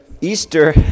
Easter